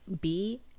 B-